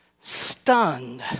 stunned